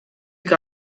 que